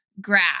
grab